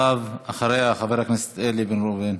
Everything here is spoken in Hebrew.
ואחריה, חבר הכנסת איל בן ראובן.